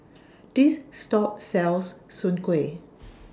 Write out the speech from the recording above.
This Shop sells Soon Kueh